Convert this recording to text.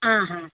आहा